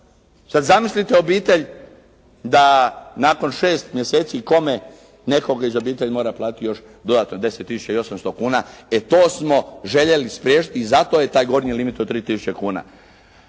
Sada zamislite obitelj da nakon 6 mjeseci kome nekog iz obitelji mora platiti još dodatno 10.800,00 kuna, e to smo željeli spriječiti i zato je taj gornji limit od 3.000,00 kuna.